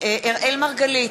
אראל מרגלית,